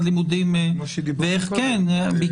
לימודים ואיך כן --- כמו שדיברנו עכשיו.